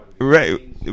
right